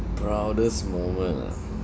proudest moment ah